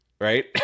right